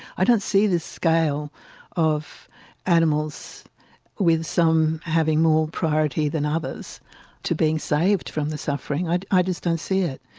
i don't see the scale of animals with some having more priority than others to being saved from the suffering. i just don't see it.